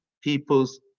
people's